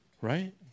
right